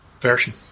version